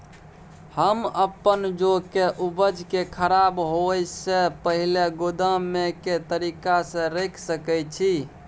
हम अपन जौ के उपज के खराब होय सो पहिले गोदाम में के तरीका से रैख सके छी?